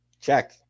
Check